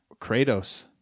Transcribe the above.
kratos